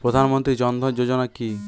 প্রধান মন্ত্রী জন ধন যোজনা কি?